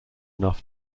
enough